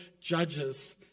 judges